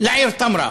לעיר תמרה,